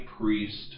priest